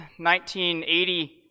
1980